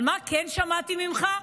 אבל מה כן שמעתי ממך?